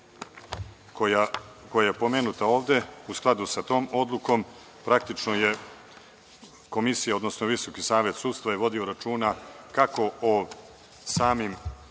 koja je pomenuta ovde, u skladu sa tom odlukom praktično je komisija, odnosno VSS vodio računa kako o samim